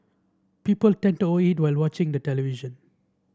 people tend to over eat while watching the television